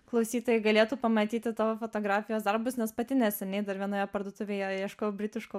klausytojai galėtų pamatyti tavo fotografijos darbus nes pati neseniai dar vienoje parduotuvėje ieškojau britiško